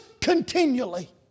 continually